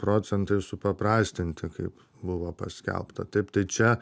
procentais supaprastinti kaip buvo paskelbta taip tai čia